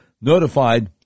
notified